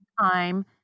time